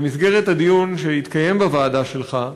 במסגרת הדיון שיתקיים בוועדה שלך,